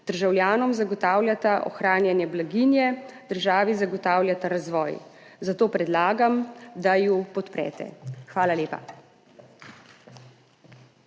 državljanom zagotavljata ohranjanje blaginje, državi zagotavljata razvoj, zato predlagam, da ju podprete. Hvala lepa.